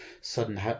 sudden